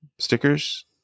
stickers